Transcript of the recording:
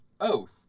oath